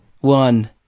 One